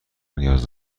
نیاز